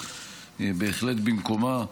בהחלט במקומה.